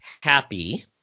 happy